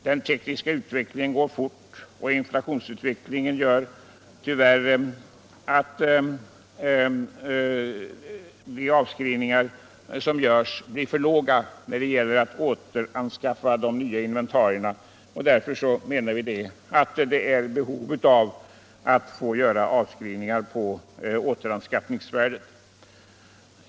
Den tekniska utvecklingen går fort, och den pågående inflationen medför tyvärr att de avskrivningar som får göras blir för låga för att kunna återanskaffa inventarierna. Därför menar vi att det föreligger behov av att få göra avskrivningar på återanskaffningsvärdet.